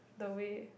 the way